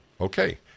Okay